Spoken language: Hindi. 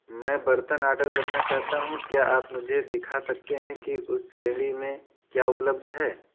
मैं बर्तन ऑर्डर करना चाहता हूँ क्या आप मुझे दिखा सकते हैं कि उस श्रेणी में क्या उपलब्ध है